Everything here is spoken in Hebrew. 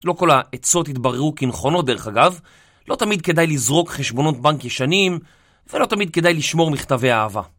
לא כל העצות יתבררו כנכונות, דרך אגב. לא תמיד כדאי לזרוק חשבונות בנק ישנים, ולא תמיד כדאי לשמור מכתבי אהבה.